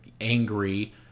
angry